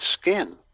skin